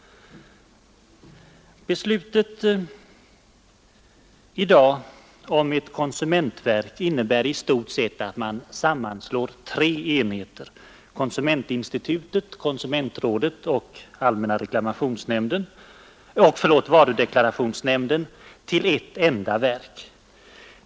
Beslutet i dag om ett konsumentverk innebär i stort sett att man sammanslår tre enheter — konsumentinstitutet, konsumentrådet och varudeklarationsnämnden — till ett enda verk.